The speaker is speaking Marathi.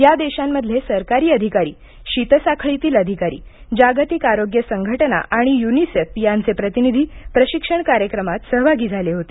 या देशांमधले सरकारी अधिकारी शीत साखळीतील अधिकारी जागतिक आरोग्य संघटना आणि यूनिसेफ यांचे प्रतिनिधी प्रशिक्षण कार्यक्रमात सहभागी झाले होते